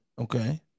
okay